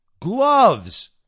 Gloves